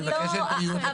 היא מבקשת בריאות.